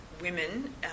women